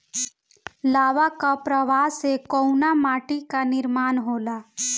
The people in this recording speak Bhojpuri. लावा क प्रवाह से कउना माटी क निर्माण होला?